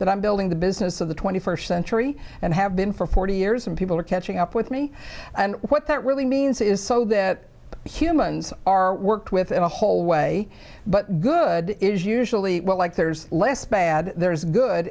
that i'm building the business of the twenty first century and have been for forty years and people are catching up with me and what that really means is so that humans are worked with in a whole way but good is usually like there's less bad there's good